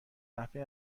نحوه